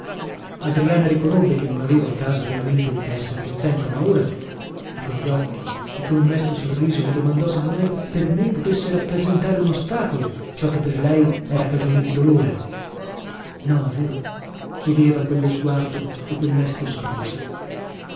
adriana riconobbe che non aveva in casa veramente di che esser contenta ma ora e con gli occhi e con un mesto sorriso mi domandò se mai per me potesse rappresentare un ostacolo ciò che per lei era cagione di dolore no è vero chiedeva quello sguardo e quel mesto sorriso